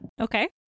Okay